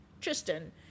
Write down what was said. Tristan